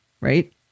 right